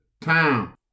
time